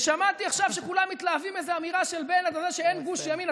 שמעתי עכשיו שכולם מתלהבים מאיזו אמירה של בנט על זה שאין גוש ימין.